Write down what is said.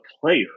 player